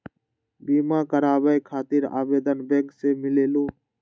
बिमा कराबे खातीर आवेदन बैंक से मिलेलु?